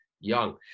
Young